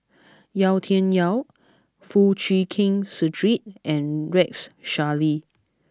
Yau Tian Yau Foo Chee Keng Cedric and Rex Shelley